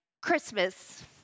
Christmas